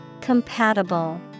Compatible